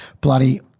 bloody